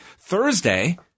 Thursday